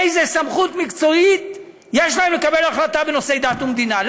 איזו סמכות מקצועית יש להם לקבל החלטה בנושאי דת ומדינה?